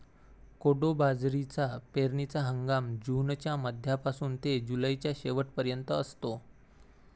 कोडो बाजरीचा पेरणीचा हंगाम जूनच्या मध्यापासून ते जुलैच्या शेवट पर्यंत असतो